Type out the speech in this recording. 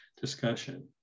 discussion